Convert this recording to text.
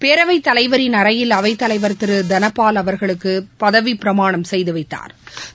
பேரவைத் தலைவரின் அறையில் அவைத்தலைவர் திரு தனபாலின் அவர்களுக்கு பதவிப்பிரமாணம் செய்து வைத்தாா்